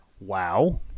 Wow